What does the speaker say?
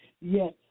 Yes